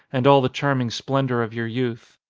and all the charming splendour of your youth.